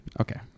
okay